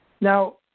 Now